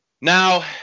Now